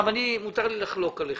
מותר לי לחלוק עליכם.